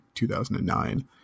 2009